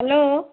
hello